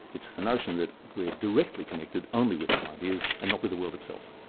it's the notion that we're directly connected only with our ideas and not with the world itself.